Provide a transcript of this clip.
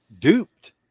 duped